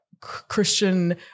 Christian